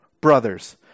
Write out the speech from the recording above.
brothers